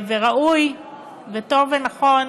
וראוי וטוב ונכון